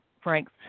Frank